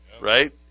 Right